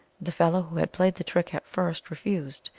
the fellow who had played the trick at first refused,